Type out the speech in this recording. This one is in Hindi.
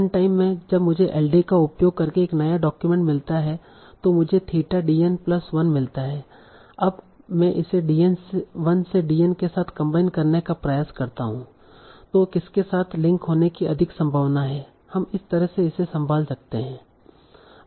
रन टाइम में जब मुझे एलडीए का उपयोग करके एक नया डॉक्यूमेंट मिलता है तो मुझे थीटा dn प्लस 1 मिलता है अब मैं इसे d1 से dn के साथ कंबाइन करने का प्रयास करता हूं तों किसके साथ लिंक होने की अधिक संभावना है हम इस तरह से इसे संभाल सकते है